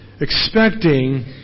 expecting